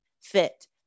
fit